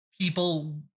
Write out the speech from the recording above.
people